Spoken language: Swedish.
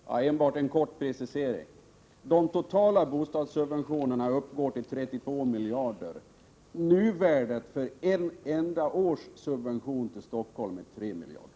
Herr talman! Jag vill bara göra en kort precisering. De totala bostadssubventionerna uppgår till 32 miljarder. Nuvärdet för ett enda års subventioner till Stockholm är 3 miljarder.